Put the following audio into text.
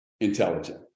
intelligent